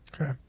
okay